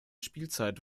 spielzeit